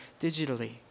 digitally